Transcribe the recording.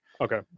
okay